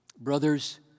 Brothers